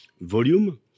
volume